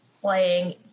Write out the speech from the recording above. playing